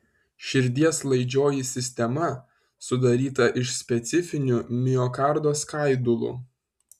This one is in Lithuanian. širdies laidžioji sistema sudaryta iš specifinių miokardo skaidulų